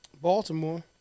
Baltimore